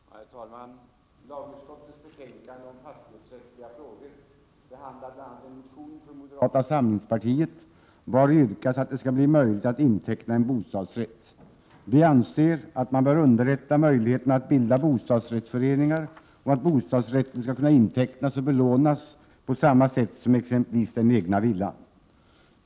Herr talman! Lagutskottets betänkande om fastighetsrättsliga frågor behandlar bl.a. en motion från moderata samlingspartiet vari yrkas att det skall bli möjligt att inteckna en bostadsrätt. Vi anser att man bör underlätta möjligheterna att bilda bostadsrättsföreningar och att bostadsrätten skall kunna intecknas och belånas på samma sätt som exempelvis den egna villan.